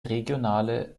regionale